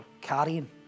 carrying